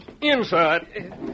Inside